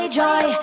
joy